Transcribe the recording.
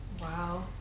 wow